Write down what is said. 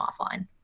offline